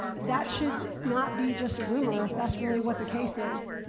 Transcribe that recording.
that should not be just a rumor, if that's really what the case is.